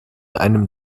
einem